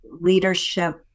leadership